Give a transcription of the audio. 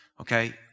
okay